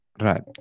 Right